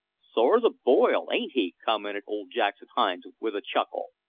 sore as a boil, ain't he! commented old jackson hines with a chuckle.